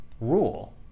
rule